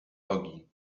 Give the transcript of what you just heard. logii